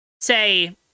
say